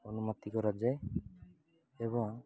ଅନୁମତି କରାଯାଏ ଏବଂ